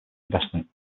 investment